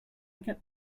get